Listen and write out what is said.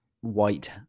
white